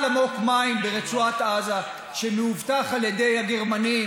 עמוק-מים ברצועת עזה שמאובטח על ידי הגרמנים,